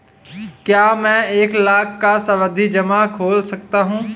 क्या मैं एक लाख का सावधि जमा खोल सकता हूँ?